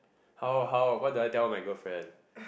how how what do I tell my girlfriend